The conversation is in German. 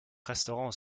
restaurants